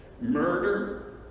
murder